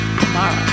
tomorrow